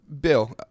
Bill